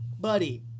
buddy